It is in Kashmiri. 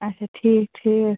آچھا ٹھیٖک ٹھیٖک